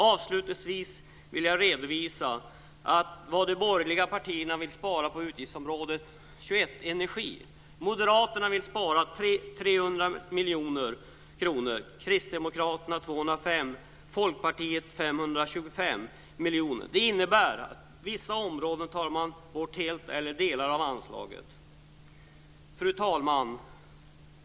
Avslutningsvis vill jag redovisa vad de borgerliga partierna vill spara på utgiftsområde 21 miljoner. Det innebär att man på vissa områden tar bort hela eller stora delar av anslaget. Fru talman!